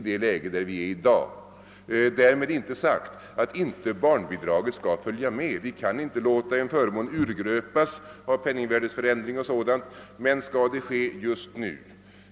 Därmed är inte sagt att det allmännna barnbidraget inte skall följa med i utvecklingen. Vi kan inte låta en förmån urgröpas av penningvärdeförsämring och sådant. Men kan vi göra någonting åt den saken just nu?